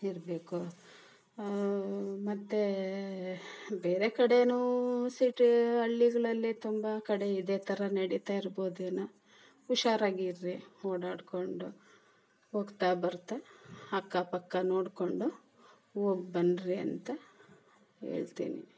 ಇರಬೇಕು ಮತ್ತೆ ಬೇರೆ ಕಡೆನೂ ಸಿಟಿ ಹಳ್ಳಿಗಳಲ್ಲಿ ತುಂಬ ಕಡೆ ಇದೇ ಥರ ನಡೀತಾಯಿರ್ಬೋದೇನೋ ಹುಷಾರಾಗಿರ್ರಿ ಓಡಾಡಿಕೊಂಡು ಹೋಗ್ತಾ ಬರುತ್ತಾ ಅಕ್ಕ ಪಕ್ಕ ನೋಡಿಕೊಂಡು ಹೋಗಿ ಬನ್ರಿ ಅಂತ ಹೇಳ್ತೀನಿ